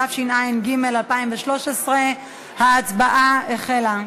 התשע"ג 2013. ההצבעה החלה.